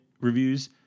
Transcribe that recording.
reviews